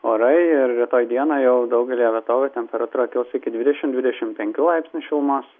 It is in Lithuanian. orai ir rytoj dieną jau daugelyje vietovių temperatūra kils iki dvidešim dvidešim penkių laipsnių šilumos